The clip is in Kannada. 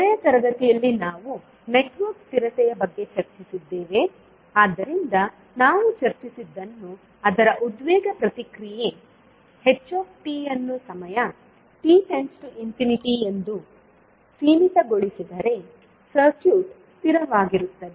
ಕೊನೆಯ ತರಗತಿಯಲ್ಲಿ ನಾವು ನೆಟ್ವರ್ಕ್ ಸ್ಥಿರತೆಯ ಬಗ್ಗೆ ಚರ್ಚಿಸಿದ್ದೇವೆ ಆದ್ದರಿಂದ ನಾವು ಚರ್ಚಿಸಿದ್ದನ್ನು ಅದರ ಉದ್ವೇಗ ಪ್ರತಿಕ್ರಿಯೆ ht ಅನ್ನು ಸಮಯ t→∞ ಎಂದು ಸೀಮಿತಗೊಳಿಸಿದರೆ ಸರ್ಕ್ಯೂಟ್ ಸ್ಥಿರವಾಗಿರುತ್ತದೆ